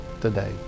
today